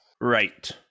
Right